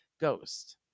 ghost